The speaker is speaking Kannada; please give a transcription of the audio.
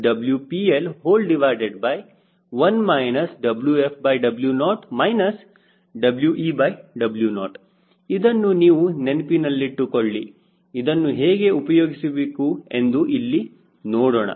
W0WcWPL1 WfW0 WeW0 ಇದನ್ನು ನೀವು ನೆನಪಿನಲ್ಲಿಟ್ಟುಕೊಳ್ಳಿ ಇದನ್ನು ಹೇಗೆ ಉಪಯೋಗಿಸಬೇಕು ಎಂದು ಇಲ್ಲಿ ನೋಡೋಣ